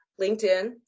LinkedIn